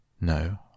No